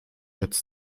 jetzt